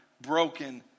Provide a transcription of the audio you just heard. broken